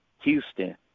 Houston